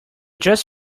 just